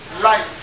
life